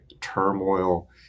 Turmoil